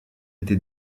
été